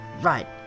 right